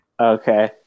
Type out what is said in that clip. Okay